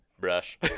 brush